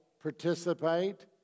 participate